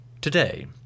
Today